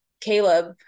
Caleb